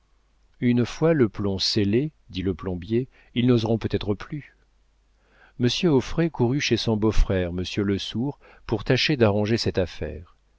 une fois le plomb scellé dit le plombier ils n'oseront peut-être plus monsieur auffray courut chez son beau-frère monsieur lesourd pour tâcher d'arranger cette affaire